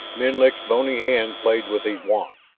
menlik's bony hand played with his wand.